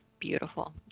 beautiful